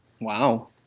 Wow